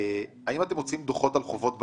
האם אתם מוציאים דוחות על חובות בעייתיים?